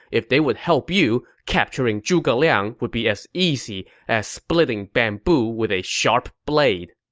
if they would help you, capturing zhuge liang would be as easy as splitting bamboo with a sharp blade.